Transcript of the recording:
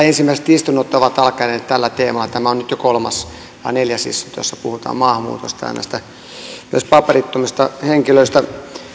ensimmäiset istunnot ovat alkaneet tällä teemalla tämä on nyt jo kolmas vai neljäs istunto jossa puhutaan maahanmuutosta ja myös paperittomista henkilöistä